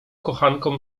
kochankom